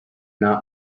not